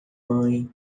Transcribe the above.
mãe